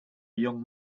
young